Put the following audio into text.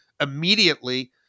immediately